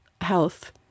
health